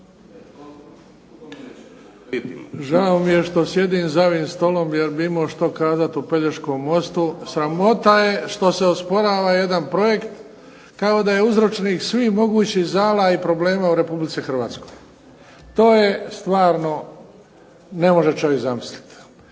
Žao mi je što sjedim za ovim stolom jer bi imao što kazati o Pelješkom mostu. Sramota je što se osporava jedan projekt kao da je uzročnik svih mogućih zala i problema u RH. To je stvarno, ne može čovjek zamisliti.